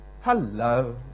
Hello